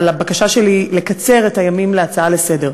על הבקשה שלי לקצר את הזמן בהצעה לסדר-היום.